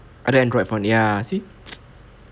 other Android phone ya see